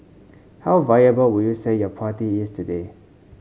how viable would you say your party is today